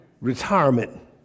Retirement